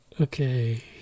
Okay